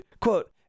Quote